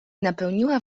napełniła